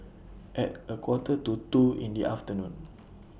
At A Quarter to two in The afternoon